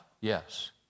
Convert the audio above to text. Yes